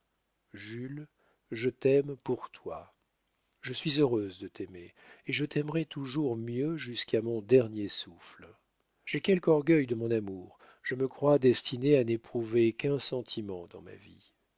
jules je t'aime pour toi je suis heureuse de t'aimer et je t'aimerai toujours mieux jusqu'à mon dernier souffle j'ai quelque orgueil de mon amour je me crois destinée à n'éprouver qu'un sentiment dans ma vie